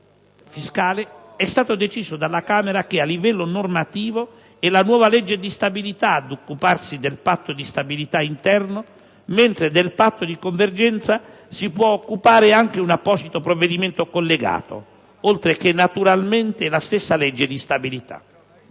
sul federalismo, è stato deciso dalla Camera che, a livello normativo, è la nuova legge di stabilità ad occuparsi del patto di stabilità interno, mentre del patto di convergenza si può occupare anche un apposito provvedimento collegato, oltre che naturalmente la stessa legge di stabilità.